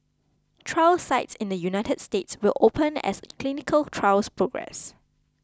trial sites in the United States will open as clinical trials progress